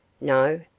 No